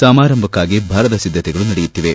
ಸಮಾರಂಭಕ್ಕಾಗಿ ಭರದ ಸಿದ್ಧತೆಗಳು ನಡೆಯುತ್ತಿವೆ